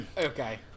okay